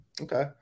Okay